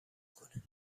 کنیم